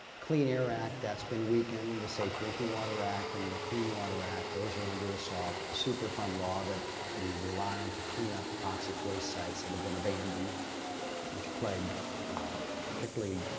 clean air act that's been weakened, the safe drinking water act and the clean water act, those are under assault. the superfund law that we rely on to clean up toxic waste sites that have been abandoned which plague particularly,